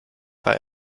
bei